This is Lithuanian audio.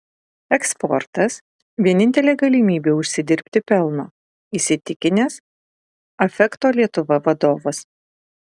eksportas vienintelė galimybė užsidirbti pelno įsitikinęs affecto lietuva vadovas